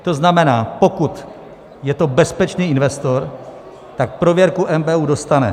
To znamená, pokud je to bezpečný investor, tak prověrku NBÚ dostane.